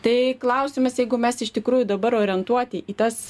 tai klausimas jeigu mes iš tikrųjų dabar orientuoti į tas